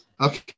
Okay